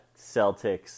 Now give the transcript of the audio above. Celtics